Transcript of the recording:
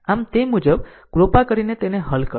આમ તે મુજબ કૃપા કરીને તેને હલ કરો